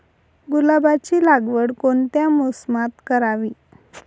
गुलाबाची लागवड कोणत्या मोसमात करावी?